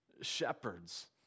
shepherds